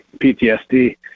PTSD